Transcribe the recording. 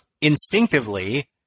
instinctively